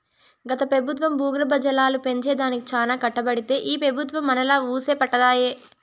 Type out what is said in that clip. గత పెబుత్వం భూగర్భ జలాలు పెంచే దానికి చానా కట్టబడితే ఈ పెబుత్వం మనాలా వూసే పట్టదాయె